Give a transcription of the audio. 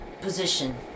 position